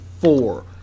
four